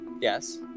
Yes